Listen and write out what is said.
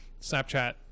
Snapchat